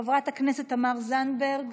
חברת הכנסת תמר זנדברג,